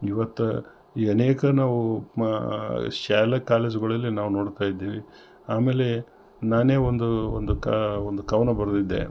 ಇವತ್ತು ಈ ಅನೇಕ ನಾವೂ ಶಾಲಾ ಕಾಲೇಜುಗಳಲ್ಲಿ ನಾವು ನೋಡ್ತಾ ಇದ್ದೀವಿ ಆಮೇಲೆ ನಾನೇ ಒಂದು ಒಂದು ಕಾ ಒಂದು ಕವನ ಬರೆದಿದ್ದೆ